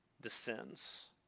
descends